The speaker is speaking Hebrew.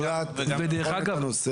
זו בעיה שקיימת גם בבניין הבודד.